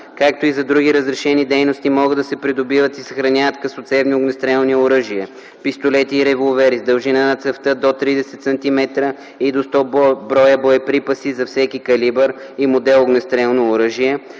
както и за други разрешени дейности, могат да се придобиват и съхраняват късоцевни огнестрелни оръжия - пистолети и револвери с дължина на цевта до 30 сантиметра и до 100 броя боеприпаси за всеки калибър и модел огнестрелно оръжие,